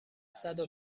صدو